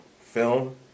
film